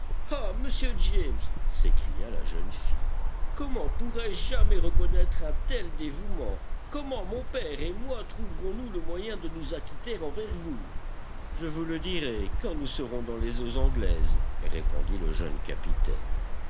monsieur james s'écria la jeune fille comment pourrai-je jamais reconnaître un tel dévouement comment mon père et moi trouverons-nous le moyen de nous acquitter envers vous je vous le dirai quand nous serons dans les eaux anglaises répondit le jeune capitaine